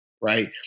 right